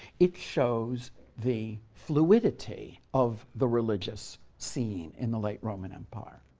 it shows the fluidity of the religious scene in the late roman empire.